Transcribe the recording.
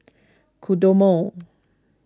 Kodomo